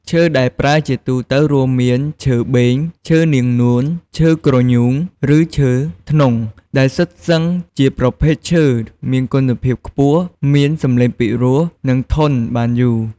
ឈើដែលប្រើជាទូទៅរួមមាន ឈើបេង ឈើនាងនួន ឈើគ្រញូង ឬឈើធ្នង់ ដែលសុទ្ធសឹងជាប្រភេទឈើមានគុណភាពខ្ពស់ មានសម្លេងពិរោះ និងធន់បានយូរ។